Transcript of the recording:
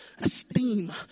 esteem